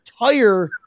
entire